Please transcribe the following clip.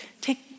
take